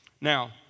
Now